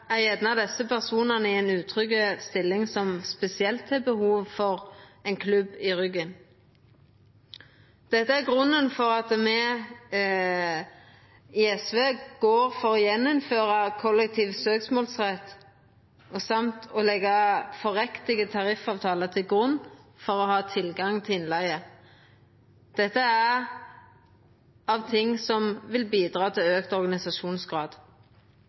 ei utrygg stilling, som spesielt har behov for ein klubb i ryggen. Dette er grunnen til at me i SV går inn for å gjeninnføra kollektiv søksmålsrett og å leggja riktige tariffavtaler til grunn for å ha tilgang til innleige. Dette er noko som vil bidra til auka organisasjonsgrad.